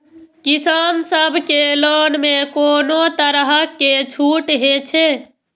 किसान सब के लोन में कोनो तरह के छूट हे छे?